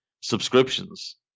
subscriptions